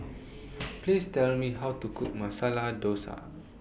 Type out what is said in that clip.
Please Tell Me How to Cook Masala Dosa